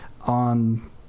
on